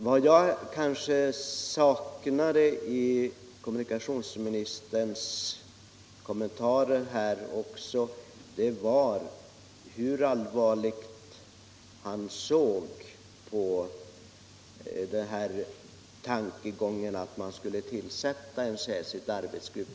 Vad jag saknade i kommunikationsministerns kommentarer var en redogörelse för hur allvarligt han såg på tanken att tillsätta en särskild arbetsgrupp.